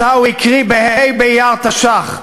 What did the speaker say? שאותה הוא הקריא בה' באייר תש"ח: